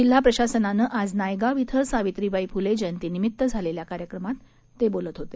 जिल्हा प्रशासनानं आज नायगाव श्रे सावित्रीबाई फुले जयंतीनिमित्त झालेल्या कार्यक्रमात ते बोलत होते